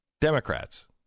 Democrats